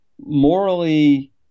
morally